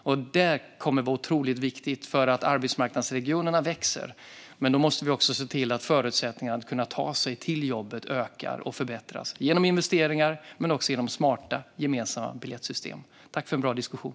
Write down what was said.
Det kommer att vara otroligt viktigt, eftersom arbetsmarknadsregionerna växer. Då måste vi genom investeringar men också genom smarta, gemensamma biljettsystem också förbättra förutsättningarna att kunna ta sig till jobbet. Tack för en bra diskussion!